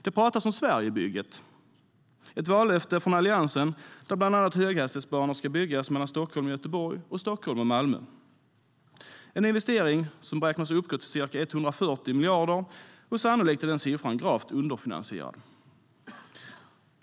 Det pratas om Sverigebygget, ett vallöfte från Alliansen där det bland annat ingår att höghastighetsbanor ska byggas mellan Stockholm och Göteborg och mellan Stockholm och Malmö. Det är en investering som beräknas kosta ca 140 miljarder. Sannolikt är den siffran gravt underfinansierad.